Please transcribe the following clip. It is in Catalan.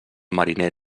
mariner